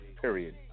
period